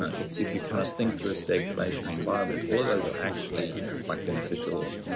ah if if you kind of think through a stagflation or environment, all of those are actually quite beneficial